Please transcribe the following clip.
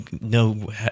no